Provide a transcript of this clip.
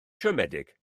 siomedig